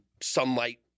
sunlight